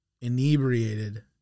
inebriated